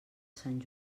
sant